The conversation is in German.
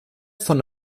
von